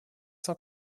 cent